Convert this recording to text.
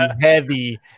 heavy